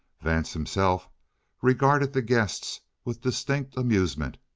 vance himself regarded the guests with distinct amusement.